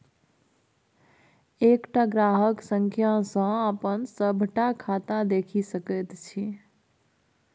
एकटा ग्राहक संख्या सँ अपन सभटा खाता देखि सकैत छी